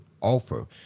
offer